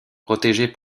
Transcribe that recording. protégée